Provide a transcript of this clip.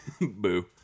Boo